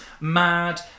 mad